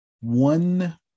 One